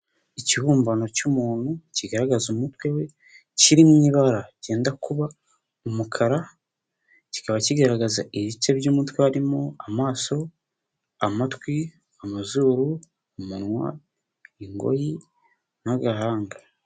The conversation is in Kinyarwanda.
Ikibumbano cy'umuntu kigaragaza umutwe we, kiri mu ibara cyenda kuba umukara, kikaba kigaragaza ibice by'umutwe harimo amaso, amatwi, amazuru, umunwa, ingoyi n'agahanga.